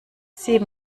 sie